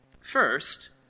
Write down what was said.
First